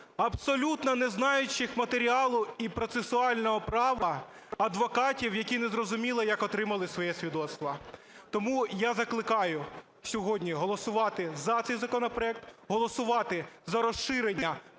абсолютно не знаючих матеріалу і процесуального права адвокатів, які незрозуміло, як отримали своє свідоцтво. Тому я закликаю сьогодні голосувати за цей законопроект, голосувати за розширення